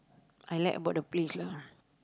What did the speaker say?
I like about the place lah